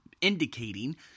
indicating